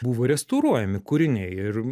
buvo restauruojami kūriniai ir